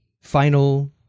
final